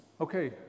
Okay